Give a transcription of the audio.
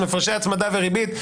הפרשי הצמדה וריבית,